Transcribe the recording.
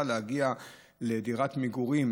היחידה שלהם כמעט להגיע לדירת מגורים.